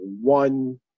one